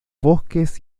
bosques